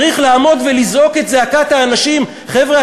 צריך לעמוד ולזעוק את זעקת האנשים: חבר'ה,